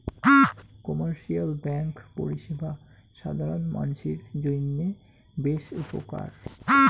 commercial bank পরিষেবা সাধারণ মানসির জইন্যে বেশ উপকার